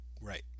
Right